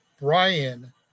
Brian